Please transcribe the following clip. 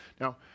Now